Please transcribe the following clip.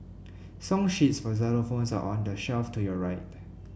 song sheets for xylophones are on the shelf to your right